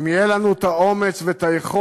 אם יהיו לנו האומץ והיכולת